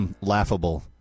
laughable